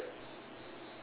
yes correct